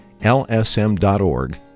lsm.org